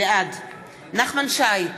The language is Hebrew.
בעד נחמן שי,